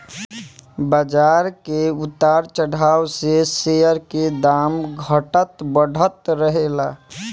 बाजार के उतार चढ़ाव से शेयर के दाम घटत बढ़त रहेला